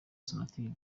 sonatubes